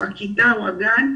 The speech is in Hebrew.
הכיתה או הגן,